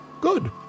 Good